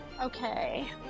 Okay